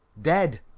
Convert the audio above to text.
dead!